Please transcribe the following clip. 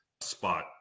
spot